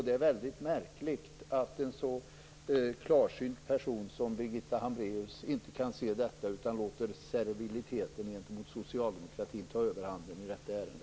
Det är mycket märkligt att en så klarsynt person som Birgitta Hambraeus inte kan se detta, utan låter serviliteten gentemot socialdemokratin ta överhanden i detta ärende.